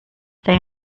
they